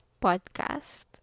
podcast